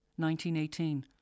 1918